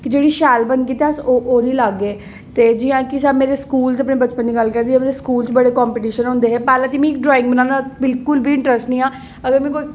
कि जेह्ड़ी शैल बनगी ते अस ओह्दी लागे ते जि'यां कि मेरे स्कूल अपने बचपन दी गल्ल करनी आं जि'यां मतलब स्कूल च बड़े कंपीटिशन होंदे हे पैह्ले ते मिं ड्राइग बनाने दा बिल्कुल बी इंट्रस्ट नि ऐ हा अगर मीं कोई